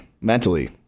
mentally